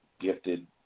gifted